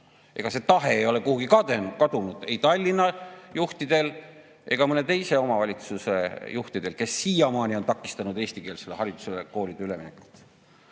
Ega see tahe ei ole kuhugi kadunud ei Tallinna juhtidel ega mõne teise omavalitsuse juhtidel, kes siiamaani on takistanud koolide eesti õppekeelele üleminekut.